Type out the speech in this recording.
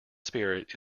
spirit